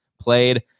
played